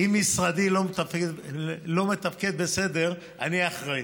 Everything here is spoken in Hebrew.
אם משרדי לא מתפקד בסדר, אני אחראי,